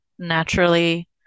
naturally